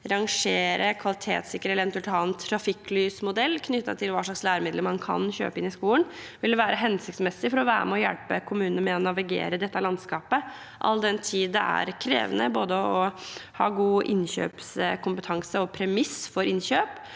eller eventuelt ha en trafikklysmodell knyttet til hva slags læremidler man kan kjøpe inn i skolen, ville være hensiktsmessig for å hjelpe kommunene med å navigere i dette landskapet, all den tid det er krevende å ha både god innkjøpskompetanse og gode premiss for innkjøp,